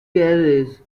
carries